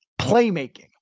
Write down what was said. Playmaking